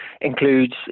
includes